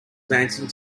dancing